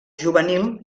juvenil